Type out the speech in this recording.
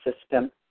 system